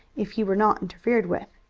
if he were not interfered with.